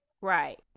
Right